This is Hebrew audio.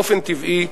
באופן טבעי,